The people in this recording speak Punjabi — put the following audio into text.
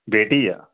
ਬੇਟੀ ਆ